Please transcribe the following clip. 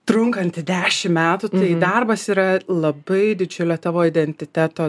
trunkanti dešimt metų tai darbas yra labai didžiulė tavo identiteto